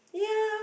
yeah